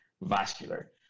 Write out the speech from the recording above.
vascular